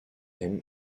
him